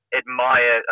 admire